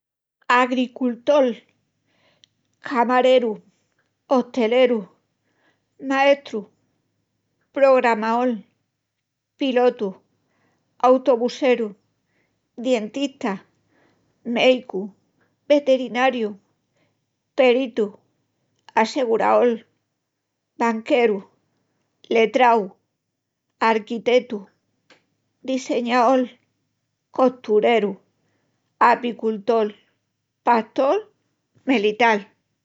Agricultol, Camareru, Osteleru, Maestru, Programaol, Pilotu, Autubusseru, Dientista, Méicu, Veterinariu, Peritu, Asseguraol, Banqueru, Letrau, Arquitetu, Diseñaol, Costureru, Apicultol, Pastol, Melital